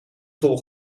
tol